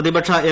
പ്രതിപക്ഷ എം